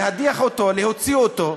להדיח אותו, להוציא אותו.